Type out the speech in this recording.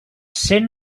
cent